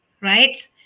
right